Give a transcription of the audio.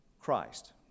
Christ